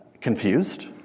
confused